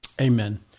Amen